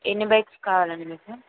ఎన్ని బైక్స్ కావాలండి మీకు